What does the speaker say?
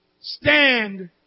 Stand